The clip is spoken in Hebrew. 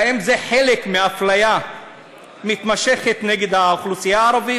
האם זה חלק מאפליה מתמשכת נגד האוכלוסייה הערבית?